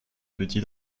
petit